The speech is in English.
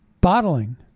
bottling